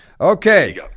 Okay